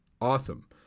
awesome